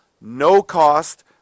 no-cost